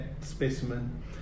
specimen